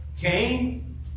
Cain